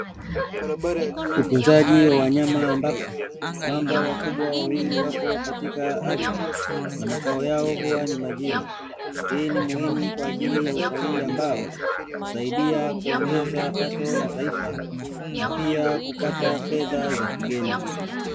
Utunzaji wa wanyama ambapo mamba wakubwa wawili wapo katika ardhi na makao yao huwa ni majini. Hii ni muhimu kwa ajili ya utalii ambao husaidia kuongeza pato la taifa, na pia kupata fedha za kigeni.